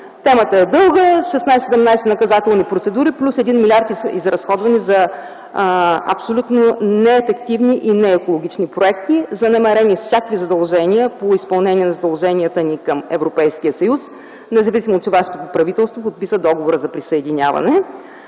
Темата е дълга – 16-17 наказателни процедури, плюс един милиард изразходвани за абсолютно неефективни и неекологични проекти, занемарено изпълнение на задълженията ни към Европейския съюз, независимо че вашето правителство подписа договора за присъединяване.